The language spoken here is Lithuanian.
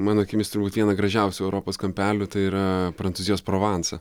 mano akimis turbūt viena gražiausių europos kampelių tai yra prancūzijos provansą